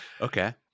okay